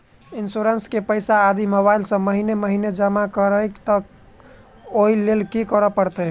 Insurance केँ पैसा यदि मोबाइल सँ महीने महीने जमा करबैई तऽ ओई लैल की करऽ परतै?